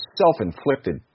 self-inflicted